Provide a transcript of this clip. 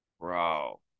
Bro